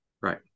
right